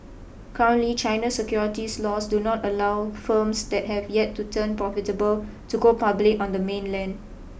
currently China's securities laws do not allow firms that have yet to turn profitable to go public on the mainland